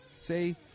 Say